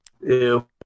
Ew